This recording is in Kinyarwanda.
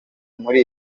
muri